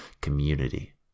community